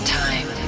time